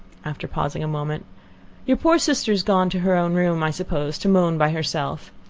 after pausing a moment your poor sister is gone to her own room, i suppose, to moan by herself.